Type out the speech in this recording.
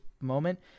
moment